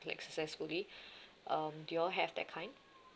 like successfully um do you all have that kind